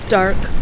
dark